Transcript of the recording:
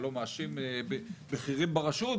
אני לא מאשים בכירים ברשות,